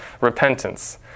repentance